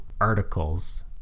articles